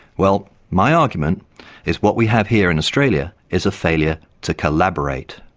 well, my argument is what we have here in australia is a failure to collaborate.